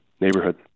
neighborhood